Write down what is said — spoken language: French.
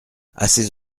assez